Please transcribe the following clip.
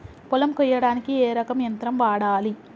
పొలం కొయ్యడానికి ఏ రకం యంత్రం వాడాలి?